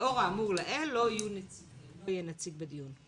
לאור האמור לעיל לא יהיה נציג בדיון.